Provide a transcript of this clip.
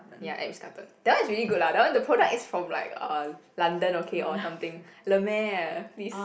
ya at Ritz-Carlton that one is really good lah that one the product is from like uh London okay or something La Mer please